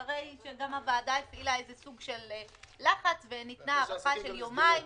אחרי שגם הוועדה הפעילה איזה סוג של לחץ וניתנה הארכה של יומיים,